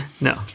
No